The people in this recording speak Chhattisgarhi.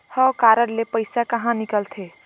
हव कारड ले पइसा कहा निकलथे?